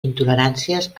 intoleràncies